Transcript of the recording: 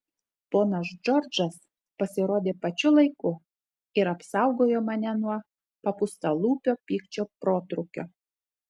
ponas džordžas pasirodė pačiu laiku ir apsaugojo mane nuo papūstalūpio pykčio protrūkio